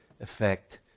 effect